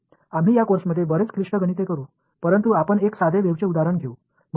आम्ही या कोर्समध्ये बरेच क्लिष्ट गणिते करू परंतु आपण एक साधे वेव्हचे उदाहरण घेऊ